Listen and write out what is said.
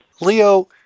Leo